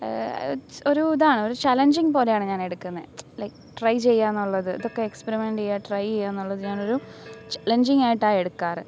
ഒരു ഇതാണ് ഒരു ചലെഞ്ചിങ് പോലെയാണ് ഞാനെടുക്കുന്നത് ലൈക് ട്രൈ ചെയ്യാന്നുള്ളത് ഇതൊക്കെ എക്സ്പിരിമെൻ്റെ ചെയ്യുക ട്രൈ ചെയ്യാന്നുള്ളത് ഞാനൊരു ചലെഞ്ചിങായിട്ടാണ് എടുക്കാറ്